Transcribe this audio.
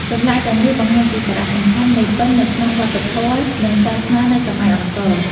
ចម្លាក់ទាំងនេះបង្ហាញពីសារៈសំខាន់នៃពិណនៅក្នុងវប្បធម៌ និងសាសនានៅសម័យអង្គរ។